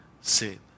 sin